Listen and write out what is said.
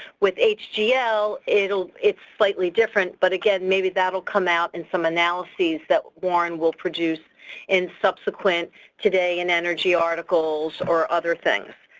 with hgl, it'll, it's slightly different but again maybe that will come out in some analyses that warren will produce in subsequent today in energy articles or other things.